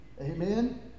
Amen